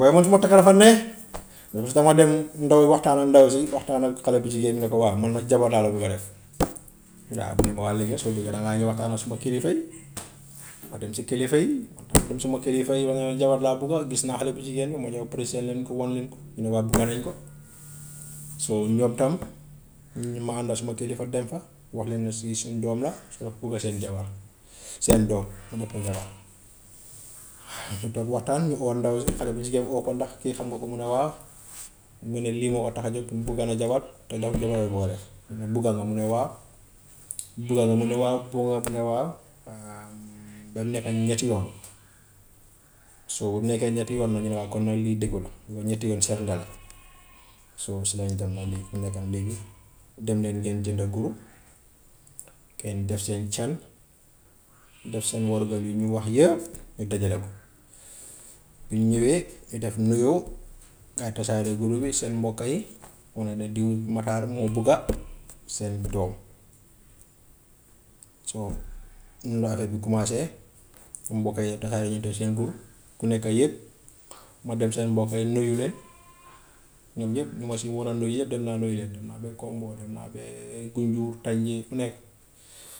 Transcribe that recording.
Man suma takk dafa neex, because damaa dem ndaw waxtaan ak ndaw si, waxtaan ak xale bu jigéen bi ne ko waa mu ne ma jabar laa bugg a def waa, mu ne ma waa léegi nag soo buggee dangaa ñëw waxtaan ak suma kilifa yi, ma dem si kilifa yi man tam dem suma kilifa yi ma ne leen jabar laa bugga, gis naa xale bu jigéen bi, ma ñëw present leen ko wan leen ko ñu ne waa bugga nañ ko. So ñoom tam ñu ma ànd ak sama kilifa dem fa wax leen ne sy suñu doom la seen jabar, seen doom, ñu toog waxtaan ñu oo ndaw si xale bu jigéen oo ko ndax kii xam nga ko mu ne waaw, ñu ne lii moo ko tax a jug bugga na jabar te, ñu ne bugga nga mu ne waaw, bugga nga mu ne waaw, bugga nga mu ne waaw ba mu nekka ñetti yoon, so ba mu nekkee ñetti yoon nag ñu ne waa kon nag lii dëgg la bii mooy ñetti yoon nga la. So si lañ dem nag léegi ku nekka léegi dem leen ngeen jëndi guru, ngeen def seen can, def seen warugar yuñ ñu wax yëpp ñu dajale ko, bi ñu ñëwee ñu def nuyoo, gaa yi taxaare guru bi seen mbokka yi wane ne diw matar moo bugga seen doom. So noonu la afeer bi commencer mbokka yi tasaare ñoom tam seen guru ku nekka yëg, ma dem seen mbokka yi nuyu leen ñoom ñëpp ñi ma si mën a nuyu yëpp dem naa nuyu leen, dem naa ba kombo, dem naa ba gunjur, tandié fu nekk.